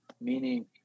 meaning